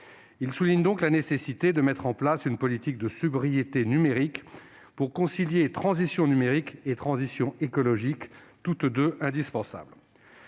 Il souligne donc la nécessité de mettre en place une politique de sobriété numérique pour concilier transition numérique et transition écologique, toutes deux indispensables.